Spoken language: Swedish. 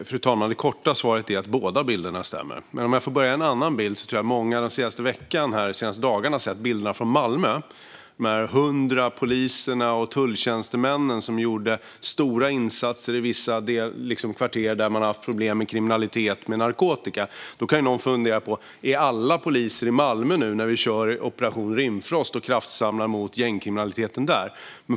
Fru talman! Det korta svaret är att båda bilderna stämmer, men jag vill börja med en annan bild. Jag tror att många den senaste veckan eller de senaste dagarna har sett bilderna från Malmö, där hundra poliser och tulltjänstemän gjort stora insatser i vissa kvarter där man har haft problem med kriminalitet och narkotika. Då kan man fundera på om alla poliser är i Malmö nu när vi kör Operation Rimfrost och kraftsamlar mot gängkriminaliteten där.